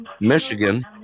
Michigan